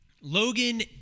Logan